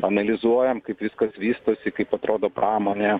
analizuojam kaip viskas vystosi kaip atrodo pramonė